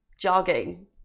jogging